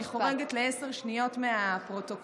אני חורגת בעשר שניות מהפרוטוקול,